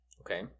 Okay